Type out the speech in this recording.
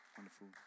Wonderful